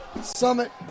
Summit